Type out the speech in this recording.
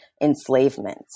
enslavement